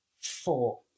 four